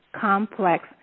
complex